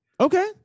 Okay